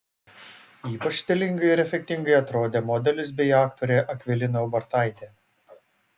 ypač stilingai ir efektingai atrodė modelis bei aktorė akvilina ubartaitė